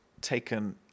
taken